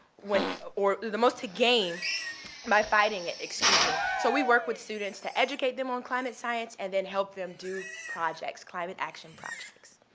or the most to gain by fighting it, excuse me. so, we work with students to educate them on climate science and then help them do projects, climate action projects.